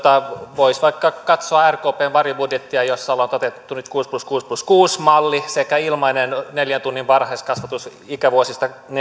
voisi vaikka katsoa rkpn varjobudjettia jossa on otettu nyt kuusi plus kuusi plus kuusi malli sekä ilmainen neljän tunnin varhaiskasvatus ikävuodesta